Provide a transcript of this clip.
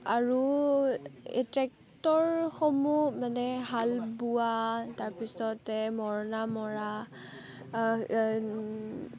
আৰু এই ট্ৰেক্টৰসমূহ মানে হাল বোৱা তাৰপিছতে মৰণা মৰা